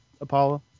Apollo